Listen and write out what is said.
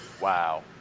Wow